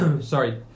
Sorry